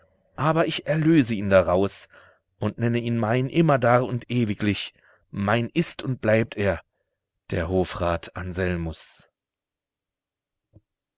aber ich erlöse ihn daraus und nenne ihn mein immerdar und ewiglich mein ist und bleibt er der hofrat